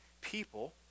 people